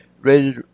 ready